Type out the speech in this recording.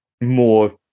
more